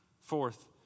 Fourth